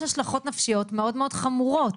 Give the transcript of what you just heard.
יש השלכות נפשיות מאוד מאוד חמורות.